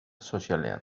sozialean